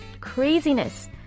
Craziness